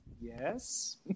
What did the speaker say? yes